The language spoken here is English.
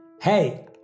Hey